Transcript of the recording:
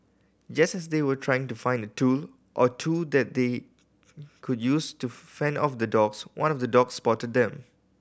just as they were trying to find a tool or two that they could use to fend off the dogs one of the dogs spotted them